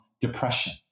Depression